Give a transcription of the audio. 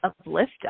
uplift